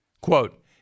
Quote